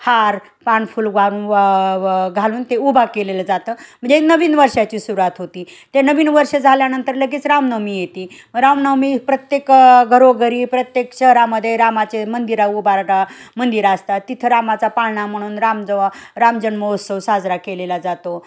हार पानफुल वाहून वा वा घालून ते उभा केलेलं जातं म्हणजे नवीन वर्षाची सुरवात होती ते नवीन वर्ष झाल्यानंतर लगेच रामनवमी येते रामनवमी प्रत्येक घरोघरी प्रत्येक शहरामध्ये रामाचे मंदिरं उभारणं मंदिरं असतात तिथं रामाचा पाळणा म्हणून राम जो राम जन्मोत्सव साजरा केलेला जातो